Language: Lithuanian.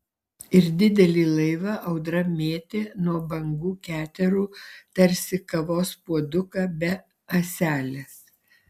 ir didelį laivą audra mėtė nuo bangų keterų tarsi kavos puoduką be ąselės